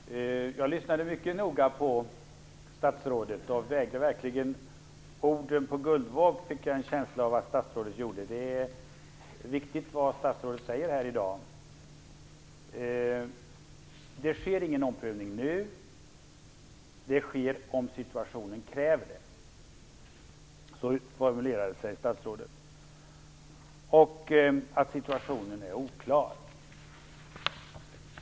Fru talman! Jag lyssnade mycket noga på statsrådet. Jag fick en känsla av att han verkligen vägde orden på guldvåg. Det är viktigt vad statsrådet säger här i dag. Det sker ingen omprövning nu. Den sker om situationen kräver det. Så formulerade sig statsrådet. Han sade också att situationen är oklar.